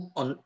on